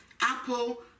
Apple